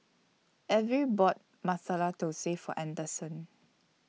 Elvie bought Masala Thosai For Anderson